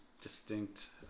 distinct